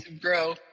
grow